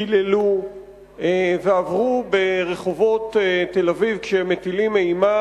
קיללו ועברו ברחובות תל-אביב כשהם מטילים אימה